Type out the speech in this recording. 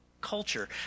culture